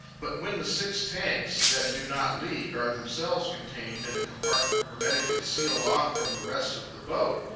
but when the six tanks that do not leak are themselves contained in a compartment hermetically sealed off from the rest of the boat,